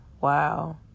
Wow